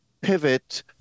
pivot